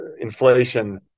inflation